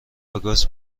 وگاس